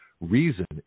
reason